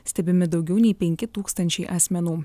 stebimi daugiau nei penki tūkstančiai asmenų